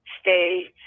stay